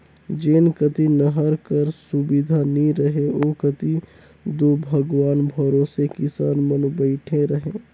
जेन कती नहर कर सुबिधा नी रहें ओ कती दो भगवान भरोसे किसान मन बइठे रहे